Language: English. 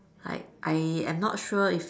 I I am not sure if